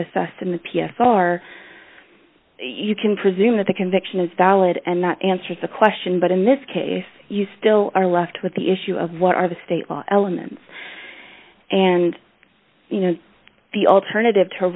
assessed in the p s r you can presume that the conviction is valid and that answers the question but in this case you still are left with the issue of what are the state law elements and you know the alternative to